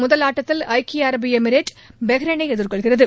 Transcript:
முதல் ஆட்டத்தில் ஐக்கிய அரபு எமிரேட் பக்ரைனை எதிர்கொள்கிறது